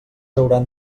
hauran